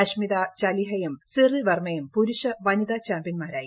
അഷ്മിത ചാലിഹയും സിറിൽ വർമയും പുരുഷ വനിതാ ചാമ്പ്യൻമാരായി